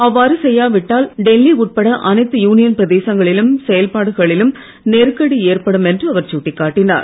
அவ்வாறு செய்யாவிட்டால் டெல்லி உட்பட அனைத்து யூனியன் பிரதேசங்களின் செயல்பாடுகளும் நெருக்கடி ஏற்படும் என்று அவர் சுட்டிக்காட்டினார்